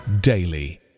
daily